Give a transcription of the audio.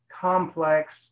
complex